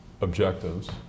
objectives